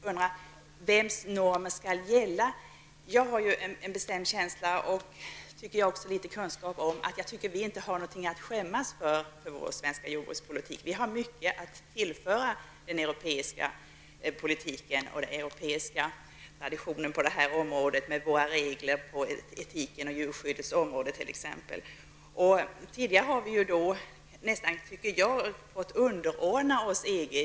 Vems normer skall gälla? Jag har en bestämd känsla av att vi inte har någonting att skämmas för när det gäller den svenska jordbrukspolitiken. Vi har mycket att tillföra den europeiska politiken och traditionen när det t.ex. gäller våra regler om etik på djurskyddsområdet. Enligt min uppfattning fick vi tidigare nästan underordna oss EG.